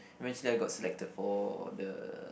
eventually I got selected for the